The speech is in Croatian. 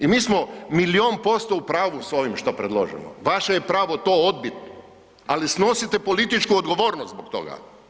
I mi smo milijun posto u pravu s ovim što predložimo, vaše je pravo to odbiti, ali snosite političku odgovornost zbog toga.